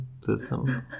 system